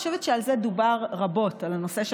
ואני חושבת שעל זה דובר רבות,